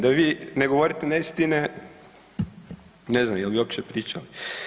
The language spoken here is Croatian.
Da vi ne govorite neistine ne znam jel' bi uopće pričali.